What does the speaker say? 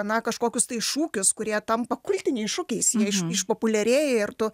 na kažkokius tai šūkius kurie tampa kultiniais šūkiais jie išpopuliarėja ir tu